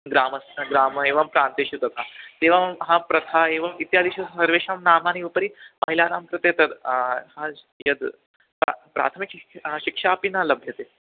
ग्रामः ग्रामे एवं प्रान्तेषु तथा एवं हा प्रथा एवम् इत्यादिषु सर्वेषां नाम्नाम् उपरि महिलानां कृते तद् हा यद् प्र प्राथमिकशिक्षा शिक्षापि न लभ्यते